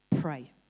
pray